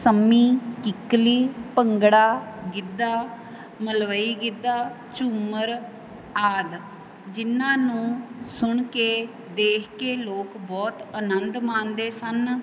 ਸੰਮੀ ਕਿੱਕਲੀ ਭੰਗੜਾ ਗਿੱਦਾ ਮਲਵਈ ਗਿੱਧਾ ਝੂਮਰ ਆਦਿ ਜਿਹਨਾਂ ਨੂੰ ਸੁਣ ਕੇ ਦੇਖ ਕੇ ਲੋਕ ਬਹੁਤ ਆਨੰਦ ਮਾਣਦੇ ਸਨ